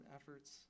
efforts